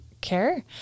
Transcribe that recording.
care